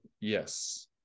Yes